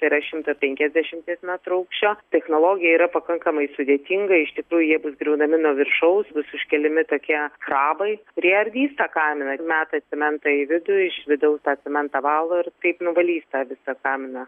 yra šimtas penkiasdešimties metrų aukščio technologija yra pakankamai sudėtinga iš tikrųjų jie bus griaunami nuo viršaus bus užkeliami tokie krabai kurie ardys tą kaminą metasi mentai į vidų iš vidaus tą cementą valo ir taip nuvalys tą visą kaminą